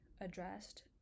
addressed